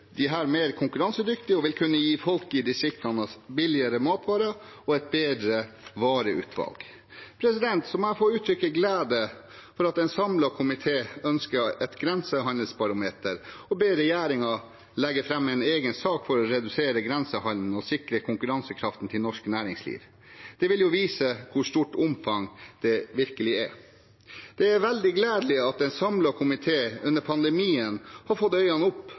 mer konkurransedyktige og vil kunne gi folk i distriktene billigere matvarer og et bedre vareutvalg. Så må jeg få uttrykke glede over at en samlet komité ønsker et grensehandelsbarometer og ber regjeringen legge fram en egen sak for å redusere grensehandelen og sikre konkurransekraften til norsk næringsliv. Det vil vise hvor stort omfanget virkelig er. Det er veldig gledelig at en samlet komité under pandemien har fått øynene opp